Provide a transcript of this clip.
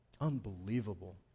Unbelievable